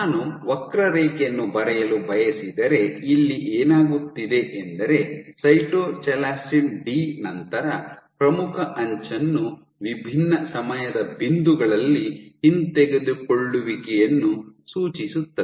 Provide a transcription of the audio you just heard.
ನಾನು ವಕ್ರರೇಖೆಯನ್ನು ಬರೆಯಲು ಬಯಸಿದರೆ ಇಲ್ಲಿ ಏನಾಗುತ್ತಿದೆ ಎಂದರೆ ಸೈಟೊಚಾಲಾಸಿನ್ ಡಿ ನಂತರ ಪ್ರಮುಖ ಅಂಚನ್ನು ವಿಭಿನ್ನ ಸಮಯದ ಬಿಂದುಗಳಲ್ಲಿ ಹಿಂತೆಗೆದುಕೊಳ್ಳುವಿಕೆಯನ್ನು ಸೂಚಿಸುತ್ತದೆ